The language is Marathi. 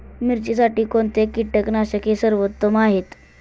मिरचीसाठी कोणते कीटकनाशके सर्वोत्तम आहे?